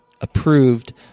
approved